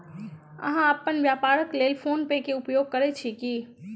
अहाँ अपन व्यापारक लेल फ़ोन पे के उपयोग करै छी की?